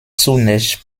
zunächst